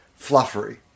fluffery